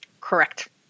Correct